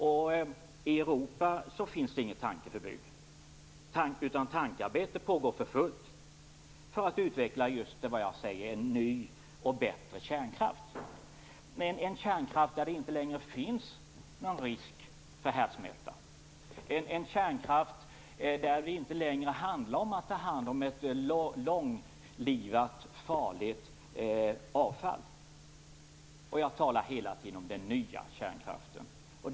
I Europa finns det inget tankeförbud. Tankearbete pågår för fullt för att, just som jag säger, utveckla en ny och bättre kärnkraft, en kärnkraft där det inte längre finns risk för härdsmälta, en kärnkraft där det inte längre handlar om att ta hand om ett långlivat farligt avfall. Jag talar hela tiden om den nya kärnkraften.